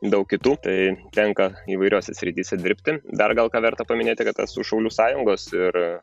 daug kitų tai tenka įvairiose srityse dirbti dar gal ką verta paminėti kad esu šaulių sąjungos ir